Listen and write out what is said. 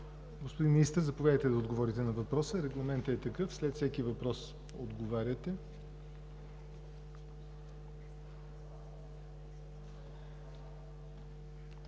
Господин Министър, заповядайте да отговорите на въпроса. Регламентът е такъв – след всеки въпрос отговаряте.